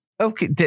Okay